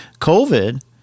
COVID